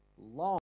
Long